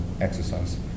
exercise